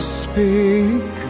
speak